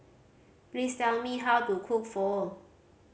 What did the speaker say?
please tell me how to cook Pho